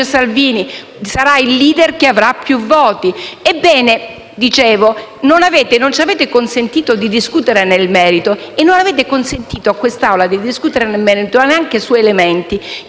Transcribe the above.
Salvini: sarà il *leader* che avrà più voti. Ebbene, non ci avete consentito di discutere nel merito e non avete consentito a questa Assemblea di discutere nel merito neanche su elementi